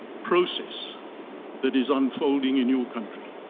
process that is unfolding in your country